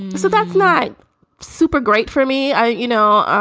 so that's not super great for me. i you know.